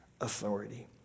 authority